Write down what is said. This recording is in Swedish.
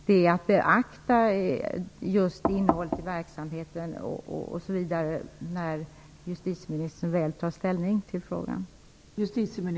Mot bakgrund av detta vill jag vädja till justitieministern att hon beaktar just innehållet i verksamheten när hon väl tar ställning till frågan.